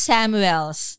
Samuels